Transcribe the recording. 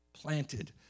planted